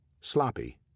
sloppy